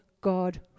God